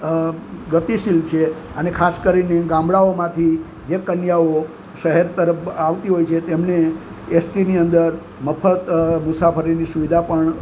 અ ગતિશીલ છે અને ખાસ કરીને ગામડાઓમાંથી જે કન્યાઓ શહેર તરફ આવતી હોય છે તેમને એસટીની અંદર મફત મુસાફરીની સુવિધા પણ